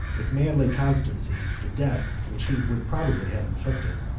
with manly constancy, the death which he would probably have inflicted.